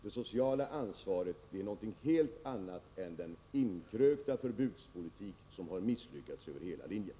Det sociala ansvaret är någonting helt annat än den inkrökta förbudspolitiken, som misslyckats över hela linjen.